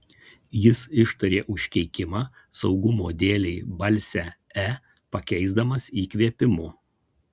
jis ištarė užkeikimą saugumo dėlei balsę e pakeisdamas įkvėpimu